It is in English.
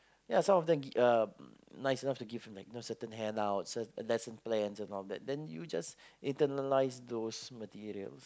ya some of them gi~ uh nice enough to give you know like certain handouts uh lesson plans and all that you just internalize those materials